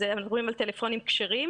אז אנחנו מדברים על טלפונים כשרים,